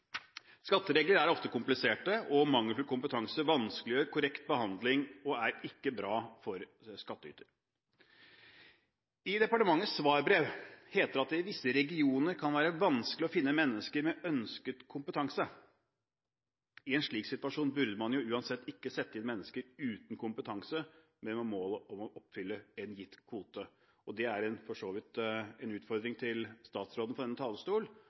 Skatteregler er ofte kompliserte, og mangelfull kompetanse vanskeliggjør korrekt behandling og er ikke bra for skattyteren. I departementets svarbrev heter det at det i visse regioner kan være vanskelig å finne mennesker med ønsket kompetanse. I en slik situasjon burde man uansett ikke sette inn mennesker uten kompetanse – med det mål å oppfylle en gitt kvote. Dette er for så vidt en utfordring til statsråden – fra denne talerstol